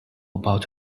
about